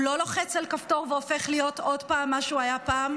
הוא לא לוחץ על כפתור והופך להיות עוד פעם מה שהוא היה פעם,